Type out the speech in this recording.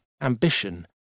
ambition